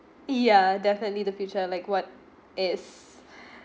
ya definitely the future like what is